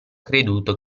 creduto